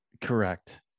correct